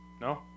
no